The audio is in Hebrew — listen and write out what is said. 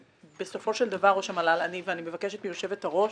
בסופו של דבר, ראש המל"ל, ואני מבקשת מיושבת הראש,